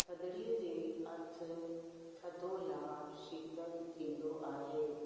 थदड़ीअ जो अर्थ थधो या शीतल थींदो आहे